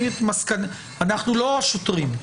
אנחנו לא השוטרים.